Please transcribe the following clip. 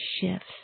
shifts